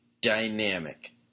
Dynamic